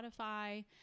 Spotify